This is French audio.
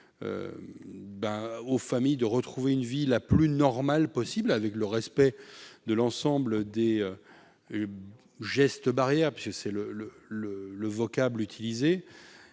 aux familles de retrouver une vie la plus normale possible, dans le respect de l'ensemble des gestes barrières, selon le vocable utilisé.